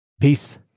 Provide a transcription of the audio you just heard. Peace